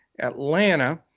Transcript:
Atlanta